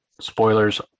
spoilers